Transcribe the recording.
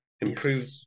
Improve